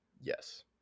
Yes